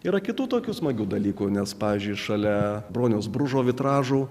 yra kitų tokių smagių dalykų nes pavyzdžiui šalia broniaus bružo vitražų